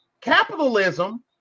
capitalism